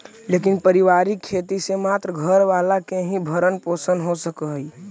लेकिन पारिवारिक खेती से मात्र घर वाला के ही भरण पोषण हो सकऽ हई